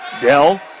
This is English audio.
dell